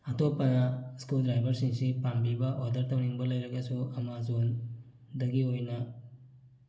ꯑꯇꯣꯞꯄ ꯏꯁꯀ꯭ꯔꯨ ꯗ꯭ꯔꯥꯏꯚꯔꯁꯤꯡꯁꯤ ꯄꯥꯝꯕꯤꯕ ꯑꯣꯔꯗꯔ ꯇꯧꯅꯤꯡꯕ ꯂꯩꯔꯒꯁꯨ ꯑꯥꯃꯥꯖꯣꯟꯗꯒꯤ ꯑꯣꯏꯅ